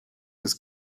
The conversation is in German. des